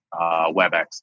WebEx